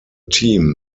team